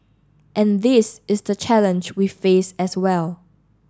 and this is the challenge we face as well